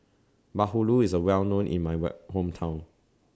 Bahulu IS A Well known in My Hometown